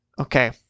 okay